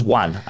one